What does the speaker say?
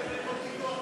הצעת סיעת יש עתיד להביע